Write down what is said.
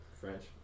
French